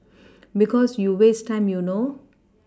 because you waste time you know